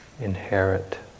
inherit